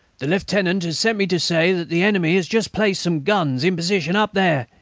the lieutenant has sent me to say that the enemy has just placed some guns in position up there,